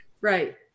Right